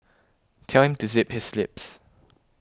tell him to zip his lips